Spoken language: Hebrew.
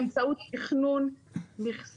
לנהל באופן ריכוזי באמצעות תכנון מכסות